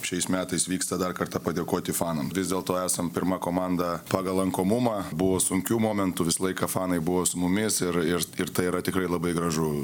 šiais metais vyksta dar kartą padėkoti fanam vis dėlto esam pirma komanda pagal lankomumą buvo sunkių momentų visą laiką fanai buvo su mumis ir ir ir tai yra tikrai labai gražu